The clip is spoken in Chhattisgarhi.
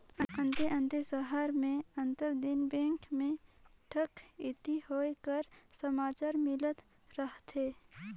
अन्ते अन्ते सहर में आंतर दिन बेंक में ठकइती होए कर समाचार मिलत रहथे